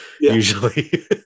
usually